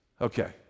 Okay